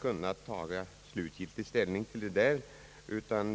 kunna ta slutgiltig ställning till detta.